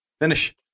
finish